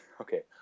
Okay